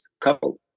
couple